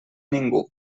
ningú